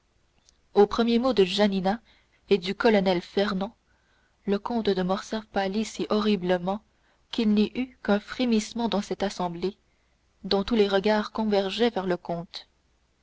aux premiers mots de janina et du colonel fernand le comte de morcerf pâlit si horriblement qu'il n'y eut qu'un frémissement dans cette assemblée dont tous les regards convergeaient vers le comte